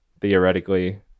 theoretically